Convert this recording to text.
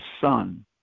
son